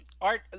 Art